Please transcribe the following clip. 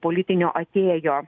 politinio atėjo